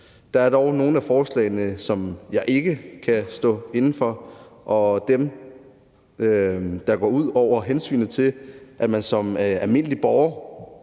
Der er dog nogle af forslagene, som jeg ikke kan stå inde for, og dem, der går ud over hensynet til, at man som almindelig borger